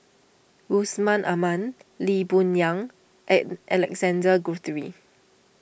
Yusman Aman Lee Boon Yang and Alexander Guthrie